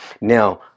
now